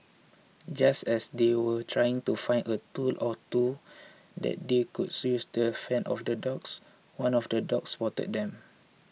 just as they were trying to find a tool or two that they could use to fend off the dogs one of the dogs spotted them